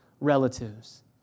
relatives